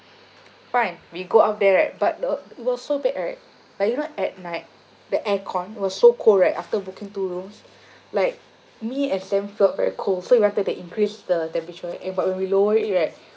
fine we go upthere right but the was so bad right like you know at night the aircon was so cold right after booking two rooms like me and sam felt very cold so we wanted to increase the temperature right and but when we lower it right